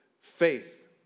Faith